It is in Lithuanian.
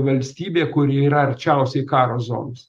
valstybė kuri yra arčiausiai karo zonos